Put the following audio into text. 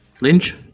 Lynch